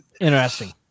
Interesting